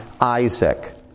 Isaac